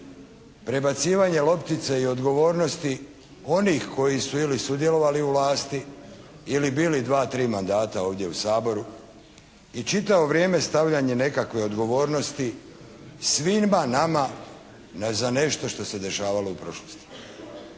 prebacivanje loptice i odgovornosti onih koji su ili sudjelovali u vlasti ili bili dva-tri mandata ovdje u Saboru i čitavo vrijeme stavljanje nekakve odgovornosti svima nama za nešto što se dešavalo u prošlosti.